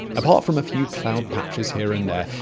apart from a few cloud patches here and there,